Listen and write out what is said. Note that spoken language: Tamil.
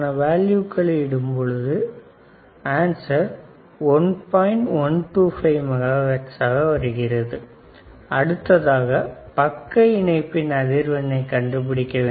125Mhz அடுத்ததாக பக்க இணைப்பின் அதிர்வெண்ணை கண்டுபிடிக்க வேண்டும்